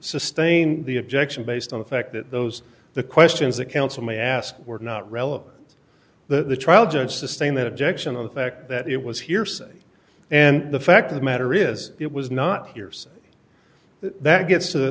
sustain the objection based on the fact that those the questions that counsel may ask were not relevant to the trial judge sustained that objection of the fact that it was hearsay and the fact of the matter is it was not hearsay that gets to